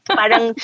parang